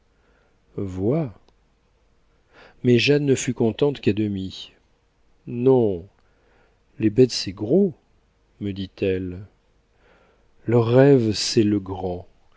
vois mais jeanne ne fut contente qu'à demi non les bêtes c'est gros me dit-elle leur rêve c'est le grand